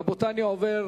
רבותי, אני עובר